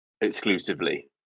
exclusively